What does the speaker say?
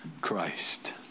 Christ